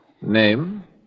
Name